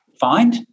find